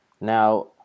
Now